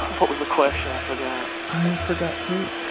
what was the question? i forgot i forgot too